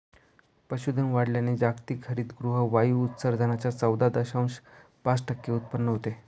पशुधन वाढवल्याने जागतिक हरितगृह वायू उत्सर्जनाच्या चौदा दशांश पाच टक्के उत्पन्न होते